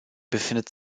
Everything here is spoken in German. befindet